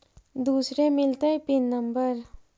दुसरे मिलतै pin number?